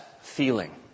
feeling